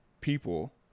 people